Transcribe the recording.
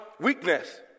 weakness